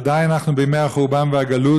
עדיין אנחנו בימי החורבן והגלות,